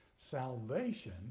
salvation